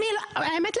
האמת,